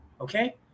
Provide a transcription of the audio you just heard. Okay